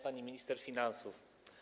Pani Minister Finansów!